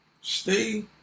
Stay